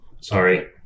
Sorry